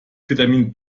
vitamin